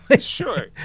Sure